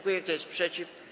Kto jest przeciw?